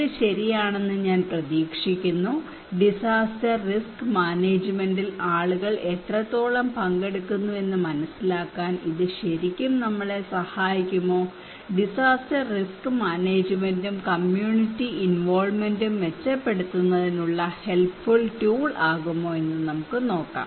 ഇത് ശരിയാണെന്ന് ഞാൻ പ്രതീക്ഷിക്കുന്നു ഡിസാസ്റ്റർ റിസ്ക് മാനേജ്മെന്റിൽ ആളുകൾ എത്രത്തോളം പങ്കെടുക്കുന്നു എന്ന് മനസിലാക്കാൻ ഇത് ശരിക്കും നമ്മളെ സഹായിക്കുമോ ഡിസാസ്റ്റർ റിസ്ക് മാനേജ്മെന്റും കമ്മ്യൂണിറ്റി ഇൻവോൾവ്മെന്റും മെച്ചപ്പെടുത്തുന്നതിനുള്ള ഹെല്പ്ഫുൾ ടൂൾ ആകുമോ എന്ന് നമുക്ക് നോക്കാം